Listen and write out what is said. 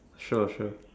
sure sure